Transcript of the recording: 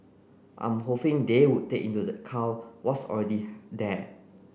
I'm hoping they would take into account what's already there